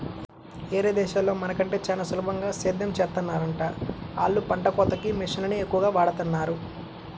యేరే దేశాల్లో మన కంటే చానా సులభంగా సేద్దెం చేత్తన్నారంట, ఆళ్ళు పంట కోతకి మిషన్లనే ఎక్కువగా వాడతన్నారు